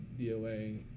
DOA